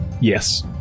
Yes